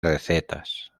recetas